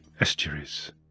estuaries